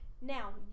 now